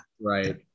right